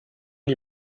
die